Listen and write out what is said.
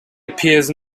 appears